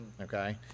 Okay